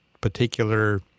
particular